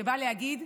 שבא להגיד: